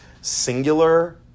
singular